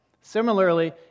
Similarly